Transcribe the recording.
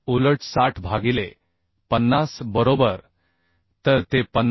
उलट 60 भागिले 50 बरोबर तर ते 50